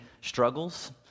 struggles